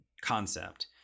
concept